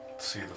See